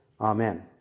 Amen